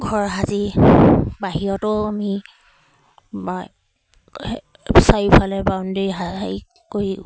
ঘৰ সাজি বাহিৰতো আমি বা হে চাৰিওফালে বাউণ্ডেৰী হা হেৰি কৰি